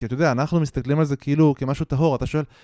כי אתה יודע, אנחנו מסתכלים על זה כאילו כמשהו טהור, אתה שואל...